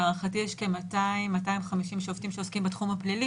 להערכתי יש כ-200 250 שופטים שעוסקים בתחום הפלילי